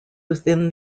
within